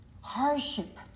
hardship